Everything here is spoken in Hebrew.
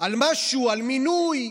על משהו, על מינוי,